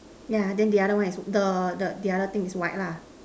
yeah then the other one is the the other thing is white lah